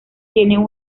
tienen